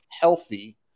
healthy